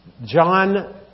John